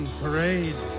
parade